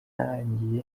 ntangiye